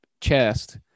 chest